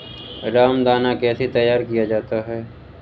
रामदाना कैसे तैयार किया जाता है?